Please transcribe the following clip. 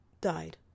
died